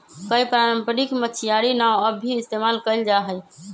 कई पारम्परिक मछियारी नाव अब भी इस्तेमाल कइल जाहई